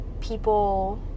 people